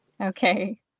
okay